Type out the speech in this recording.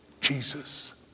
Jesus